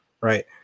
right